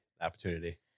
opportunity